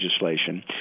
legislation